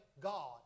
God